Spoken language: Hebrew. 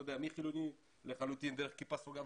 מחילוני לחלוטין דרך כיפה סרוגה,